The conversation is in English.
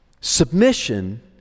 Submission